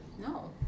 No